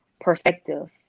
perspective